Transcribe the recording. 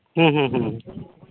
ᱦᱮᱸ ᱦᱮᱸ